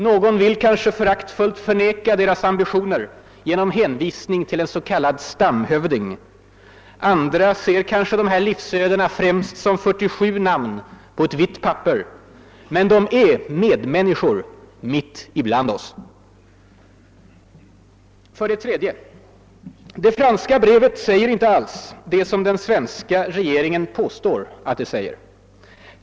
Någon vill kanske föraktfullt förneka deras ambitioner genom hänvisning till en s.k. >stamhövding.> Andra ser kanske de här livsödena främst som 47 namn på ett vitt papper. Men de är medmänniskor ibland OSS. 3) Det franska brevet säger inte alls det som den svenska regeringen påstår att det säger.